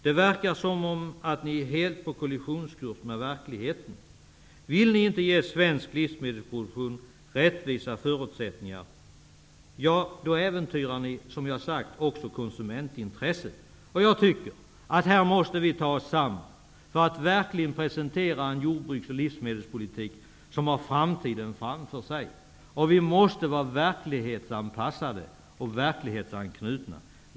Det verkar som om ni är på kollisionskurs med verkligheten. Om ni inte vill ge svensk livsmedelsproduktion rättvisa förutsättningar äventyrar ni också konsumentintresset. Vi måste ta oss samman för att verkligen presentera en jordbruks och livsmedelspolitik som har framtiden för sig. Vi måste vara verklighetsanpassade och verklighetsanknutna.